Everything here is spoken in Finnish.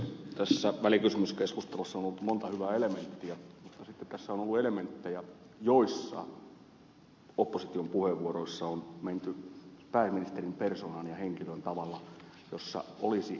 tässä välikysymyskeskustelussa on ollut monta hyvää elementtiä mutta sitten tässä on ollut elementtejä joissa opposition puheenvuoroissa on menty pääministerin persoonaan ja henkilöön tavalla jossa olisi opettelemisen varaa